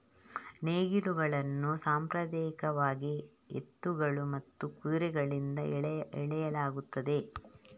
ನೇಗಿಲುಗಳನ್ನು ಸಾಂಪ್ರದಾಯಿಕವಾಗಿ ಎತ್ತುಗಳು ಮತ್ತು ಕುದುರೆಗಳಿಂದ ಎಳೆಯಲಾಗುತ್ತದೆ